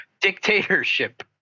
dictatorship